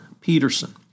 Peterson